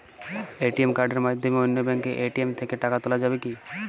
ATM কার্ডের মাধ্যমে অন্য ব্যাঙ্কের এ.টি.এম থেকে টাকা তোলা যাবে কি?